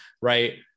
right